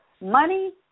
Money